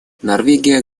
норвегия